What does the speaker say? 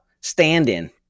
stand-in